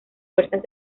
fuerzas